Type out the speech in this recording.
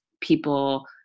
people